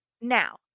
Now